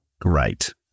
great